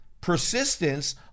persistence